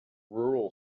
rural